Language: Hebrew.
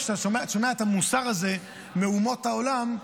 כשאתה שומע את המוסר הזה מאומות העולם,